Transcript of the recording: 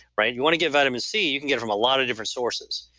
but and you want to get vitamin c, you can get from a lot of different sources.